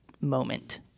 moment